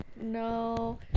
No